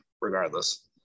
regardless